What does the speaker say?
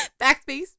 backspace